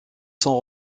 sont